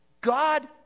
God